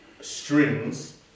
strings